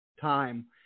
time